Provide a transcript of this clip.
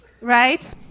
Right